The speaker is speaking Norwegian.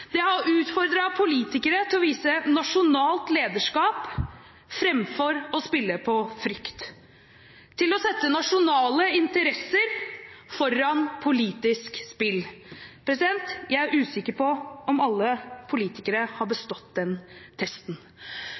Det har utfordret politikere til å vise nasjonalt lederskap, framfor å spille på frykt – til å sette nasjonale interesser foran politisk spill. Jeg er usikker på om alle politikere har bestått den testen.